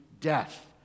death